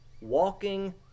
Walking